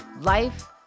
life